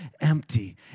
empty